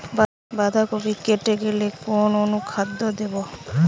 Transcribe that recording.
বাঁধাকপি ফেটে গেলে কোন অনুখাদ্য দেবো?